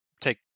take